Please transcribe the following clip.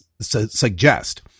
suggest